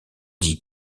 dit